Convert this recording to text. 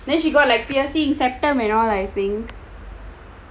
then she got like piercing septum and all I think